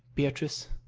beatrice!